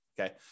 okay